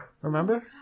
Remember